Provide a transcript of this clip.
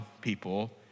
people